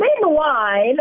Meanwhile